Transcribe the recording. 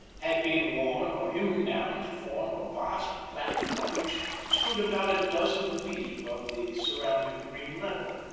had been worn or hewn down to form a vast platform which stood about a dozen feet above the surrounding green level.